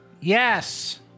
Yes